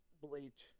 Bleach